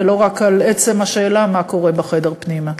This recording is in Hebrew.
ולא רק על עצם השאלה מה קורה בחדר פנימה.